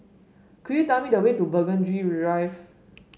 could you tell me the way to Burgundy Drive